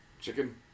Chicken